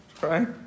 right